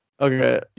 Okay